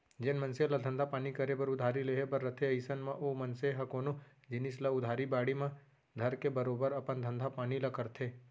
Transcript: जेन मनसे ल धंधा पानी करे बर उधारी लेहे बर रथे अइसन म ओ मनसे ह कोनो जिनिस ल उधार बाड़ी म धरके बरोबर अपन धंधा पानी ल करथे